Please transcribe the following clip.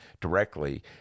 directly